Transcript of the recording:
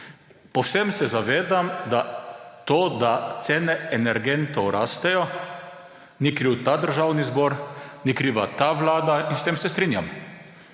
Povsem se zavedam, da za to, da cene energentov rastejo, ni kriv ta državni zbor, ni kriva ta vlada, in s tem se strinjam.